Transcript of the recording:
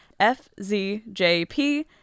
FZJP